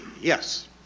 Yes